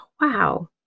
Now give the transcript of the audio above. wow